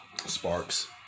Sparks